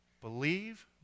believe